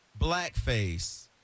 blackface